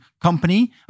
company